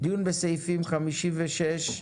דיון בסעיפים 56,